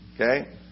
okay